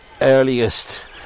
earliest